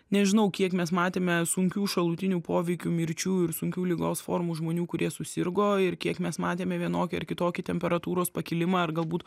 nežinau kiek mes matėme sunkių šalutinių poveikių mirčių ir sunkių ligos formų žmonių kurie susirgo ir kiek mes matėme vienokį ar kitokį temperatūros pakilimą ar galbūt